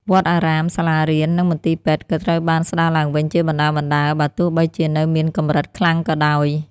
វត្តអារាម សាលារៀន និងមន្ទីរពេទ្យក៏ត្រូវបានស្ដារឡើងវិញជាបណ្ដើរៗ បើទោះបីជានៅមានកម្រិតខ្លាំងក៏ដោយ។